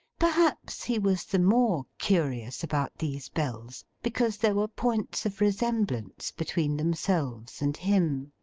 perhaps he was the more curious about these bells, because there were points of resemblance between themselves and him.